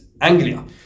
Anglia